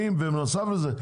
ובנוסף לזה,